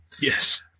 Yes